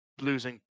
losing